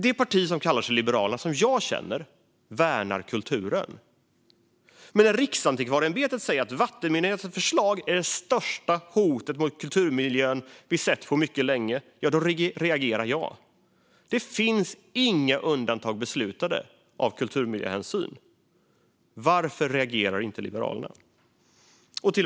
Det Liberalerna jag känner värnar kulturen. När Riksantikvarieämbetet säger att vattenmyndigheternas förslag är det största hotet mot kulturmiljön vi sett på mycket länge reagerar jag. Det finns inga undantag beslutade av kulturmiljöhänsyn. Varför reagerar inte Liberalerna?